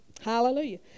Hallelujah